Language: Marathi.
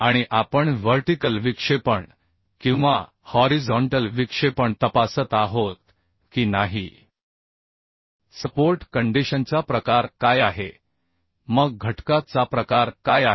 आणि आपण व्हर्टिकल विक्षेपण किंवा हॉरिझॉन्टल विक्षेपण तपासत आहोत की नाही सपोर्ट कंडिशनचा प्रकार काय आहे मग घटका चा प्रकार काय आहे